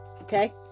okay